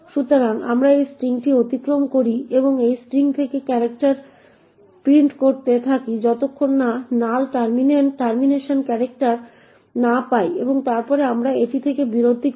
সুতরাং আমরা এই স্ট্রিংটি অতিক্রম করি এবং স্ট্রিং থেকে ক্যারেক্টার প্রিন্ট করতে থাকি যতক্ষণ না আমরা নাল টার্মিনেশন ক্যারেক্টার না পাই এবং তারপরে আমরা এটি থেকে বিরতি করি